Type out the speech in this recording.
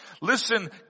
Listen